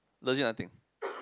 legit nothing